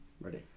Ready